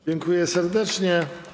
Dziękuję serdecznie.